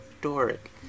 Doric